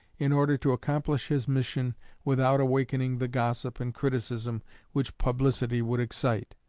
in order to accomplish his mission without awakening the gossip and criticism which publicity would excite.